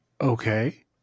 Okay